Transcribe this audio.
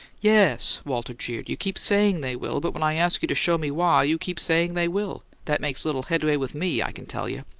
yes, walter jeered you keep sayin' they will, but when i ask you to show me why, you keep sayin' they will! that makes little headway with me, i can tell you!